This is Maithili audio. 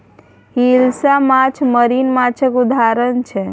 हिलसा माछ मरीन माछक उदाहरण छै